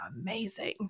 amazing